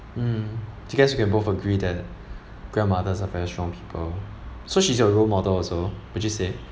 mm so guess we can both agree that grandmothers are very strong people so she's your role model also would you say